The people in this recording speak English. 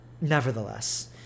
Nevertheless